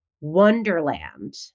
Wonderland